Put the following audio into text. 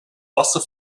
wasser